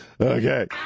Okay